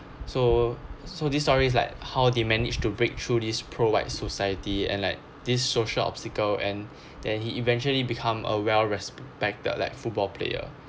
so so these stories like how they managed to break through these pro white society and like these social obstacle and then he eventually become a well respected like football player